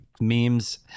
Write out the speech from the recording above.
memes